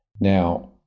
Now